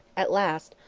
at last,